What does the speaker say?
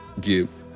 Give